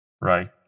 Right